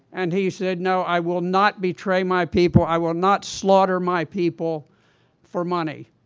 and he said, no, i will not betray my people i will not slaughter my people for money.